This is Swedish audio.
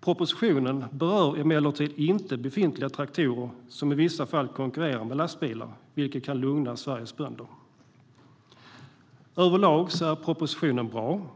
Propositionen berör emellertid inte befintliga traktorer, som ju i vissa fall konkurrerar med lastbilar, vilket kan lugna Sveriges bönder. Överlag är propositionen bra.